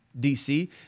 DC